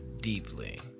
deeply